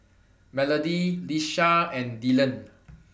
Melody Lisha and Dylan